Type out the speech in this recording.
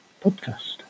podcast